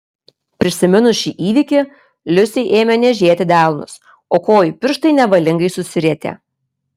prisiminus šį įvykį liusei ėmė niežėti delnus o kojų pirštai nevalingai susirietė